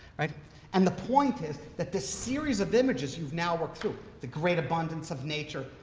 and the point is that this series of images you've now worked through the great abundance of nature,